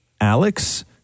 Alex